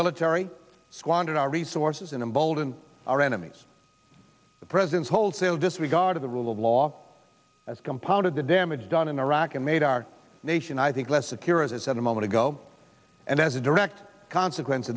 military squandered our resources and embolden our enemies the president's wholesale disregard of the rule of law has compounded the damage done in iraq and made our nation i think less secure as i said a moment ago and as a direct consequence